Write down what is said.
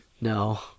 No